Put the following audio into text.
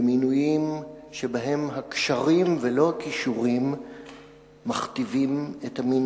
במינויים שהקשרים ולא הכישורים מכתיבים אותם.